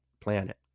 planet